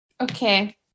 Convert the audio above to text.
Okay